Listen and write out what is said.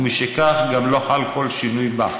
ומשכך גם לא חל כל שינוי בה.